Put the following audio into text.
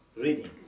reading